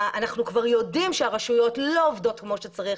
אנחנו יודעים כבר שהרשויות לא עובדות כמו שצריך,